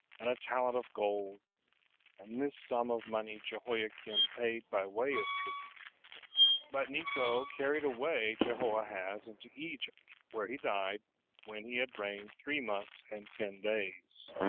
and a talent of gold and this sum of money jehoiakim paid by way of tribute but neco carried away jehoahaz into egypt, where he died when he had reigned three months and ten days.